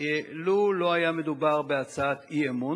לו לא היה מדובר בהצעת אי-אמון,